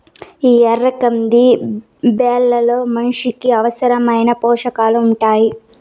ఈ ఎర్ర కంది బ్యాళ్ళలో మనిషికి అవసరమైన పోషకాలు ఉంటాయి